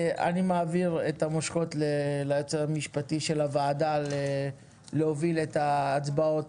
אני מעביר את המושכות ליועץ המשפטי של הוועדה להוביל את ההצבעות